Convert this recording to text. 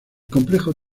complejo